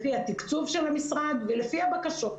לפי התקצוב של המשרד ולפי הבקשות.